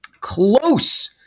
close